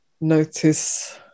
notice